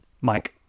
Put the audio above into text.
Mike